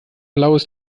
blaues